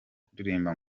kuririmba